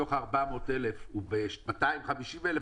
מתוך ה-400,000 הוא ב-250,000,